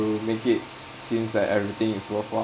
to make it seems like everything is worthwhile